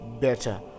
better